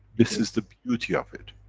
this is the beauty of it.